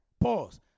Pause